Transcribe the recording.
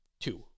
two